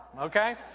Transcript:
Okay